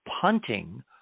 punting